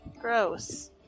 Gross